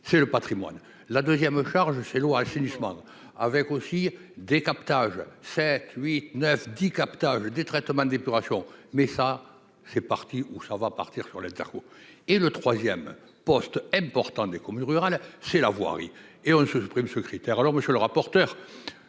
c'est le Patrimoine, la 2ème, charge ces lois assainissement avec aussi des captages, 7, 8, 9, 10 captage des traitements d'épuration mais ça fait partie, où ça va partir sur l'et le 3ème poste important des communes rurales, c'est la voirie oui et on se supprime secrétaire alors monsieur le rapporteur,